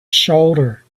shoulder